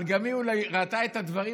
אבל גם היא אולי ראתה את הדברים,